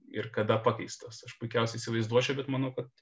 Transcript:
ir kada pakeistas aš puikiausiai įsivaizduočiau bet manau kad